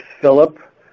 Philip